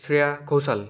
Shreya Ghoshal